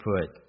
put